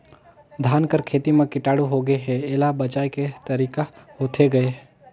धान कर खेती म कीटाणु होगे हे एला बचाय के तरीका होथे गए?